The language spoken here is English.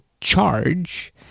charge